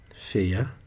fear